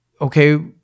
okay